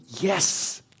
Yes